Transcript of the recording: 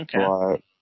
Okay